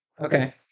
Okay